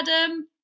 Adam